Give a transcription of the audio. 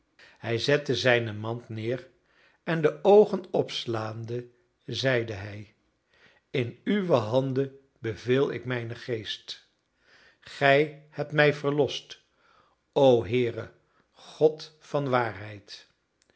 hij zette zijne mand neer en de oogen opslaande zeide hij in uwe handen beveel ik mijnen geest gij hebt mij verlost o heere god van waarheid